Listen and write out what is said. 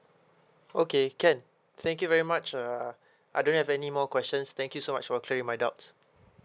okay can thank you very much uh I don't have any more questions thank you so much for clearing my doubts